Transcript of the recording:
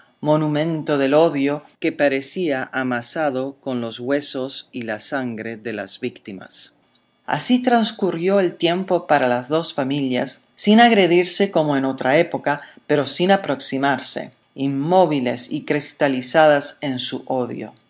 monumento del odio que parecía amasado con los huesos y la sangre de las víctimas así transcurrió el tiempo para las dos familias sin agredirse como en otra época pero sin aproximarse inmóviles y cristalizadas en su odio